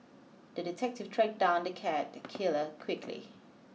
the detective tracked down the cat killer quickly